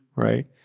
right